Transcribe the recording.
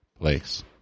place